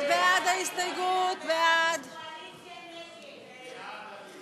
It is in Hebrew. ההסתייגות של סיעת קבוצת יש עתיד,